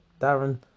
Darren